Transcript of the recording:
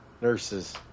Nurses